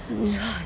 mm